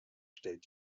stellt